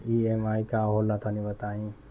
EMI का होला तनि बताई?